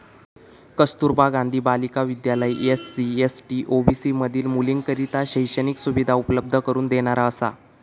कस्तुरबा गांधी बालिका विद्यालय SC, ST, OBC मधील मुलींकरता शैक्षणिक सुविधा उपलब्ध करून देणारा असा